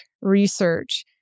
research